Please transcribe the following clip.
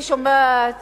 אני שומעת